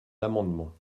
l’amendement